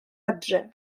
adre